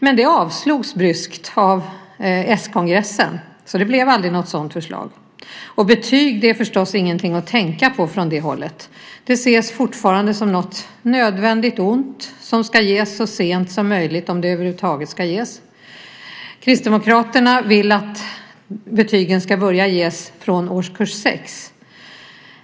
Men det avslogs bryskt av s-kongressen, så det blev aldrig något sådant förslag. Och betyg är förstås ingenting att tänka på från det hållet. Det ses fortfarande som något nödvändigt ont som ska ges så sent som möjligt, om det över huvud taget ska ges. Kristdemokraterna vill att betyg ska börja ges från årskurs 6.